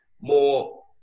more